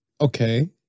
Okay